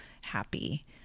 happy